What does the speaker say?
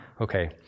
Okay